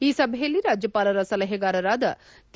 ಈ ಸಭೆಯಲ್ಲಿ ರಾಜ್ಜಪಾಲರ ಸಲಹೆಗಾರರಾದ ಕೆ